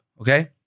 okay